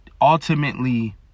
ultimately